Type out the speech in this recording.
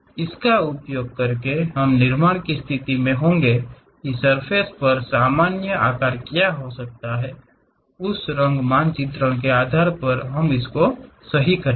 इसका उपयोग करके हम निर्माण करने की स्थिति में होंगे कि सर्फ़ेस पर सामान्य क्या हो सकता है उस रंग मानचित्रण के आधार पर हम सही करेंगे